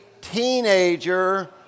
teenager